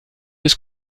ist